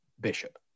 Bishop